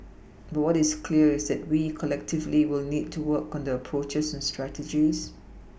but what is clear is that we collectively will need to work on the approaches and strategies